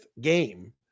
game